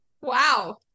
Wow